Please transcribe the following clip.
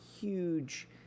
huge